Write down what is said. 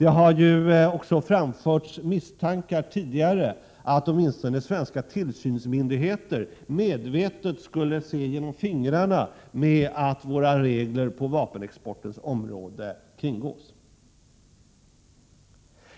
Tidigare har även framförts misstankar om att åtminstone svenska tillsynsmyndigheter medvetet skulle ha sett genom fingrarna med att reglerna på vapenexportområdet kringgicks.